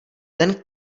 ten